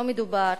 לא מדובר